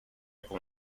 con